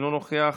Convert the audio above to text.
אינו נוכח,